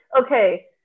Okay